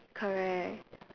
correct